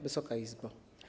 Wysoka Izbo!